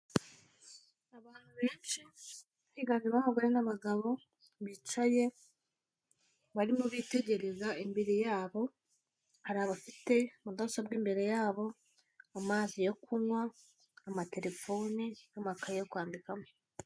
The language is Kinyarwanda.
Abantu benshi higanjemo abagore n'abagabo bicaye barimo bitegereza imbere yabo, hari abafite mudasobwa imbere yabo, amazi yo kunywa, amaterefone n'amakaye yo kwandikamo.